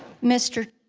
mr.